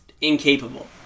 incapable